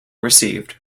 received